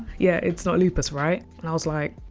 yeah, it's not lupus, right? and i was like,